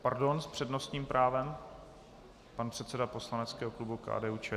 Pardon, s přednostním právem pan předseda poslaneckého klubu KDUČSL.